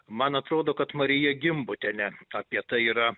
man atrodo kad marija gimbutienė apie tai yra